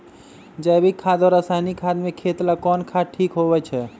जैविक खाद और रासायनिक खाद में खेत ला कौन खाद ठीक होवैछे?